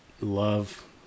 love